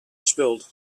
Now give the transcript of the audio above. spilled